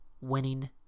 winning